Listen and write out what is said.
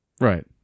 Right